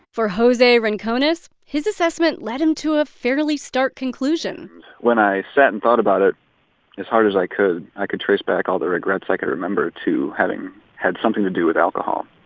for jose rincones, his assessment led him to a fairly stark conclusion when i sat and thought about it as hard as i could, i could trace back all the regrets i could remember to having had something to do with alcohol.